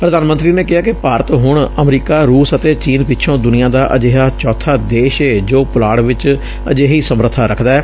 ਪ੍ਰਧਾਨ ਮੰਤਰੀ ਨੇ ਕਿਹਾ ਕਿ ਭਾਰਤ ਹੁਣ ਅਮਰੀਕਾ ਰੁਸ ਅਤੇ ਚੀਨ ਪਿਛੋਂ ਦੁਨੀਆਂ ਦਾ ਅਜਿਹਾ ਚੌਬਾ ਦੇਸ਼ ਏ ਜੋ ਪੁਲਾਤ ਵਿਚ ਅਜਿਹੀ ਸਮਰਬਾ ਰਖਦੈ